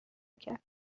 کرد